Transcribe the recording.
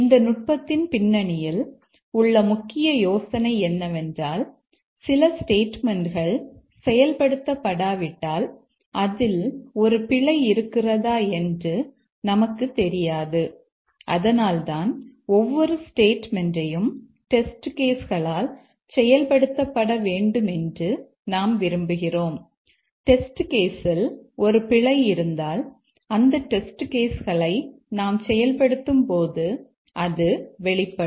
இந்த நுட்பத்தின் பின்னணியில் உள்ள முக்கிய யோசனை என்னவென்றால்சில ஸ்டேட்மெண்ட்கள் களை நாம் செயல்படுத்தும்போது அது வெளிப்படும்